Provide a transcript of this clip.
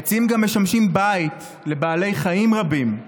העצים גם משמשים בית לבעלי חיים רבים.